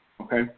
Okay